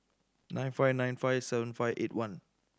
nine five nine five seven five eight one